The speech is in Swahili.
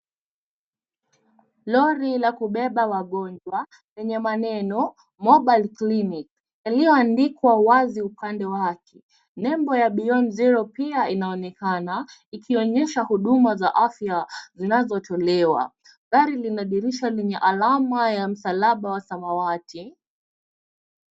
Lori la kubeba wagonjwa lenye maneno, " mobile clinic ", yaliyoandikwa wazi upande wake. Nembo ya "Beyond zero" pia inaonekana, ikionyesha huduma za afya zinazotolewa. Gari lina dirisha lenye alama ya msalaba wa samawati.